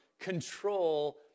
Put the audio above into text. control